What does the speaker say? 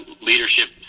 leadership